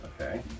Okay